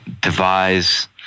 devise